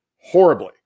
horribly